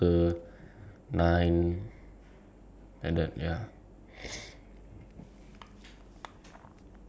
but can I can bring you around lah after like when the peak period like over already as in like after